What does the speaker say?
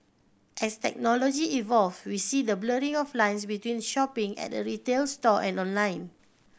as technology evolve we see the blurring of lines between the shopping at a retail store and online